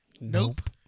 Nope